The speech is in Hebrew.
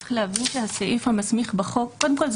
צריך להבין שהסעיף המסמיך בחוק קודם כל,